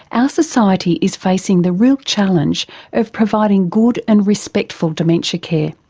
our society is facing the real challenge of providing good and respectful dementia care.